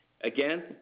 Again